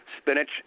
spinach